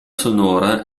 sonora